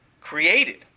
created